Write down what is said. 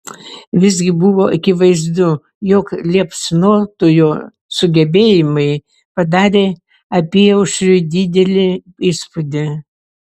visgi buvo akivaizdu jog liepsnotojo sugebėjimai padarė apyaušriui didelį įspūdį